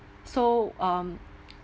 so um